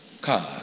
card